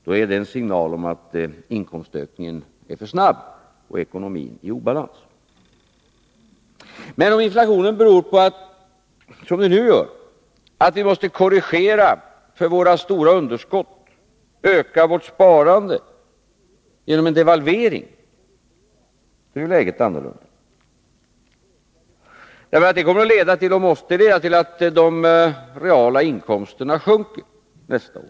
Det är en signal om att inkomstökningen är för snabb och ekonomin är i obalans. Men om inflationen, som den nu gör, beror på att vi måste korrigera för våra stora underskott och öka vårt sparande genom en devalvering, är läget annorlunda. Jag menar att det kommer att och måste leda till att de reala inkomsterna sjunker nästa år.